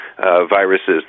Viruses